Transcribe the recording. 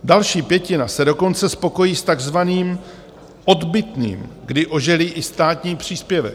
Další pětina se dokonce spokojí s takzvaným odbytným, kdy oželí i státní příspěvek.